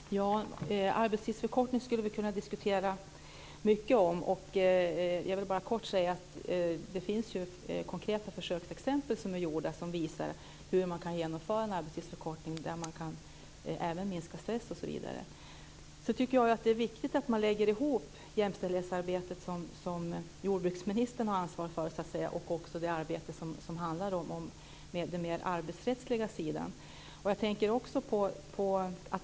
Fru talman! Arbetstidsförkortning skulle vi kunna diskutera mycket om. Jag vill bara kort säga att det finns konkreta exempel på gjorda försök som visar hur en arbetstidsförkortning kan genomföras med minskning av stress osv. Jag tycker att det är viktigt att man lägger ihop jämställdhetsarbetet, som jordbruksministern ansvarar för, och den mer arbetsrättsliga aspekten.